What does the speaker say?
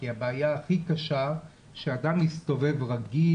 כי הבעיה הכי קשה שהאדם מסתובב רגיל,